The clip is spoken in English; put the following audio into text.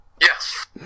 Yes